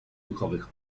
duchowych